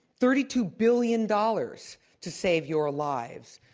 thirty two billion dollars to save your lives,